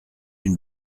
une